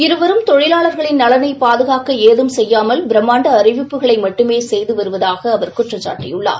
இருவரும் தொழிவாளர்களின் நலனைப் பாதுகாக்க ஏதும் செய்யாமல் பிரமாண்ட அறிவிப்புகளை மட்டுமே செய்து வருவதாக அவர் குற்றம் சாட்டினார்